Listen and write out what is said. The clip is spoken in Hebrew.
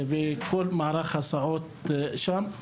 משרד החינוך לגבי כל מערך ההסעות שם.